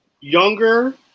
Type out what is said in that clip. Younger